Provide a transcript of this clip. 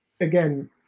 again